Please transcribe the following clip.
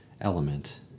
element